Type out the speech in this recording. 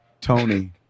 Tony